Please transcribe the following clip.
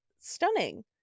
stunning